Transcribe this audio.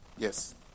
Yes